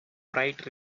bright